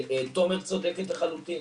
תומר צודקת לחלוטין,